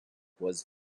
was